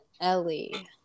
Ellie